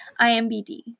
IMBD